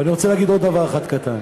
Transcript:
ואני רוצה להגיד עוד דבר אחד קטן,